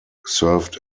served